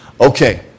Okay